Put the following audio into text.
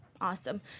awesome